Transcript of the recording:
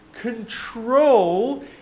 control